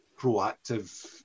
proactive